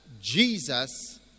Jesus